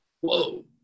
whoa